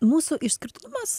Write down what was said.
mūsų išskirtinumas